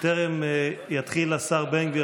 בטרם יתחיל השר בן גביר,